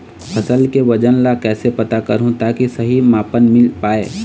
फसल के वजन ला कैसे पता करहूं ताकि सही मापन मील पाए?